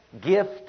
gift